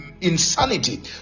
insanity